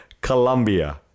Colombia